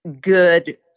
good